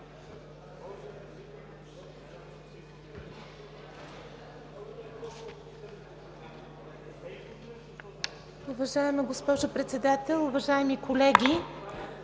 Уважаема госпожо Председател, уважаеми господин